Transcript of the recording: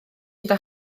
gyda